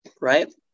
right